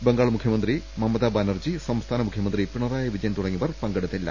ബംഗാൾ മുഖ്യമന്ത്രി മമത ബാനർജി സംസ്ഥാന മുഖ്യമന്ത്രി പിണറായി വിജയൻ തുടങ്ങിയവർ പങ്കെടുത്തില്ല